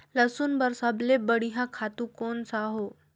लसुन बार सबले बढ़िया खातु कोन सा हो?